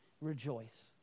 rejoice